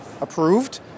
approved